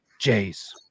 Jays